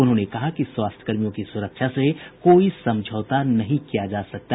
उन्होंने कहा कि स्वास्थ्यकर्मियों की सुरक्षा से कोई समझौता नहीं किया जा सकता